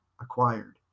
acquired